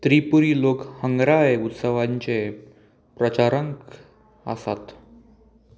त्रिपुरी लोक हंगराय उत्सवांचे प्रचारांक आसात